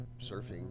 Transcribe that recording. surfing